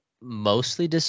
mostly